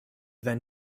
than